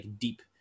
deep